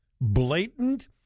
blatant